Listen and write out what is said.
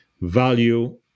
value